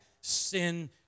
sin